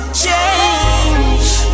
change